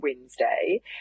Wednesday